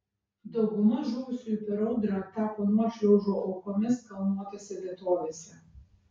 dauguma žuvusiųjų per audrą tapo nuošliaužų aukomis kalnuotose vietovėse